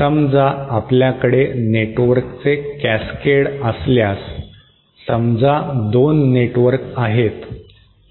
समजा आपल्याकडे नेटवर्कचे कॅसकेड असल्यास समजा 2 नेटवर्क आहेत